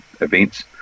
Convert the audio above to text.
events